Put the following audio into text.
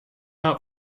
out